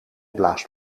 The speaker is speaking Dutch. blaast